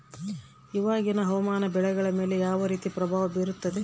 ಇವಾಗಿನ ಹವಾಮಾನ ಬೆಳೆಗಳ ಮೇಲೆ ಯಾವ ರೇತಿ ಪ್ರಭಾವ ಬೇರುತ್ತದೆ?